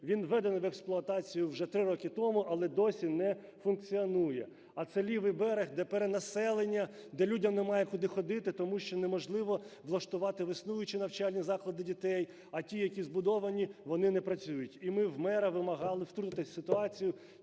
Він введений в експлуатацію вже 3 роки тому, але досі не функціонує. А це лівий берег, де перенаселення, де людям немає куди ходити, тому що неможливо влаштувати в існуючі навчальні заклади дітей. А ті, які збудовані, вони не працюють. І ми в мера вимагали втрутитися в ситуацію.